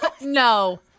No